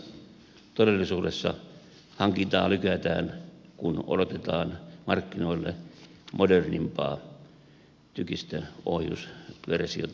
todellisuudessa hankintaa lykätään kun odotetaan markkinoille modernimpaa tykistöohjusversiota yhdysvalloista